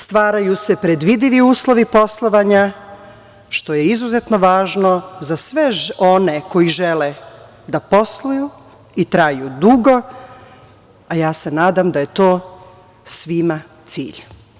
Stvaraju se predvidivi uslovi poslovanja, što je izuzetno važno za sve one koji žele da posluju i traju dugo, a ja se nadam da je to svima cilj.